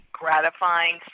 gratifying